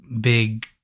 big